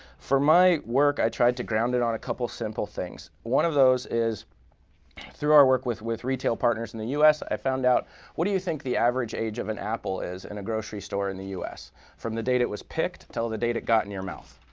for my work, i tried to ground it on a couple of simple things. one of those is through our work with with retail partners in the us, i found out what do you think the average age of an apple is in a grocery store in the us from the date it was picked till the date it got in your mouth?